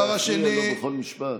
אי-אפשר להפריע לו בכל משפט.